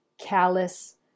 callous